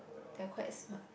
they are quite smart